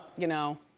you know.